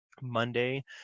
Monday